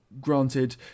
granted